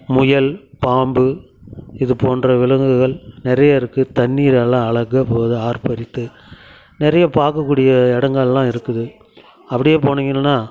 முயல் பாம்பு இதுப்போன்ற விலங்குகள் நிறைய இருக்கு தண்ணீர் நல்லா அழகாக போது ஆர்ப்பரித்து நிறைய பார்க்கக்கூடிய இடங்கள்லாம் இருக்குது அப்படியே போனீங்கள்ன்னா